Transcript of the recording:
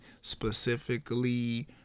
specifically